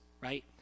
right